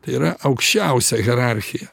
tai yra aukščiausia hierarchija